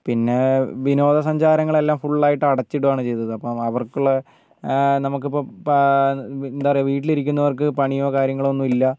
പിന്നെ വിനോദസഞ്ചാരങ്ങളെല്ലാം ഫുൾ ആയിട്ട് അടച്ചിടുവാണ് ചെയ്തത് അപ്പം അവർക്കുള്ള നമക്കിപ്പോൾ പാ എന്താണ് പറയുക വീട്ടിലിരിക്കുന്നവർക്ക് പണിയോ കാര്യങ്ങളോ ഒന്നുമില്ല